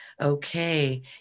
Okay